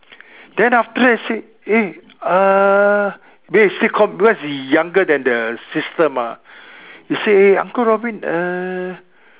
then after that say eh err then he still call because he younger then the sister mah he say uncle Robin err